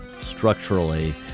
structurally